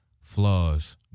flaws